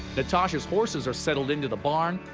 natasha's horses are settled into the barn,